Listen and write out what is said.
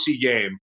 game